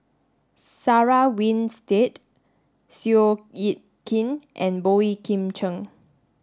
Sarah Winstedt Seow Yit Kin and Boey Kim Cheng